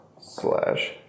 slash